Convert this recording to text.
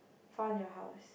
found your house